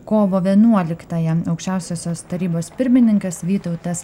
kovo vienuoliktąją aukščiausiosios tarybos pirmininkas vytautas